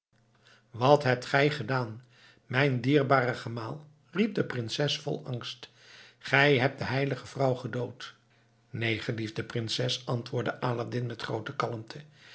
wat hebt gij gedaan mijn dierbare gemaal riep de prinses vol angst gij hebt de heilige vrouw gedood neen geliefde prinses antwoordde aladdin met groote kalmte